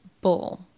bull